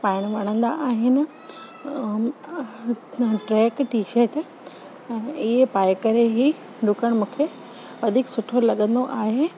पाइण वणंदा आहिनि ऐं ट्रैक टीशट ऐं ईए पाए करे ई डुकण मूंखे वधीक सुठो लॻंदो आहे